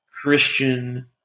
Christian